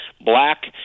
black